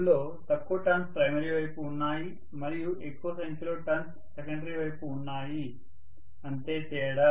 అందులో తక్కువ turns primary వైపు ఉన్నాయి మరియు ఎక్కువ సంఖ్యలో టర్న్స్ సెకండరీ వైపు ఉన్నాయి అంతే తేడా